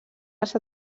les